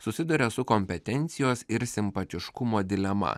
susiduria su kompetencijos ir simpatiškumo dilema